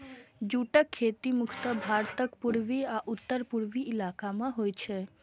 जूटक खेती मुख्यतः भारतक पूर्वी आ उत्तर पूर्वी इलाका मे होइ छै